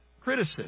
criticism